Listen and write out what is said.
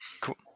cool